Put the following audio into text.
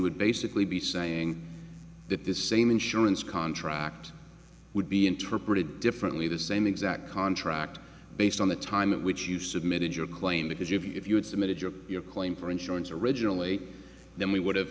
would basically be saying that this same insurance contract would be interpreted differently the same exact contract based on the time in which you submitted your claim because if you had submitted your your claim for insurance originally then we would